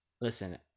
listen